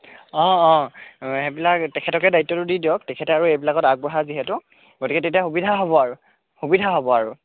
অঁ অঁ সেইবিলাক তেখেতকে দায়িত্বটো দি দিয়ক তেখেত আৰু এই বিলাকত আগবঢ়া যিহেতু গতিকে তেতিয়া সুবিধা হ'ব আৰু সুবিধা হ'ব আৰু